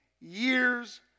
years